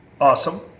awesome